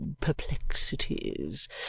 perplexities